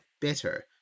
better